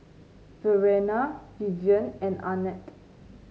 Verena Vivien and Arnett